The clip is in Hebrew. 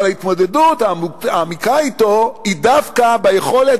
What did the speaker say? אבל ההתמודדות המעמיקה אתו היא דווקא ביכולת